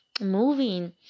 moving